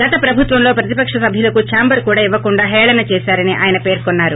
గతో ప్రభుత్వంలో ప్రతిపక్ష సభ్యులకు ఛాంబర్ కూడా ఇవ్వకుండా హేళన చేశారని ఆయన పేర్కొన్నారు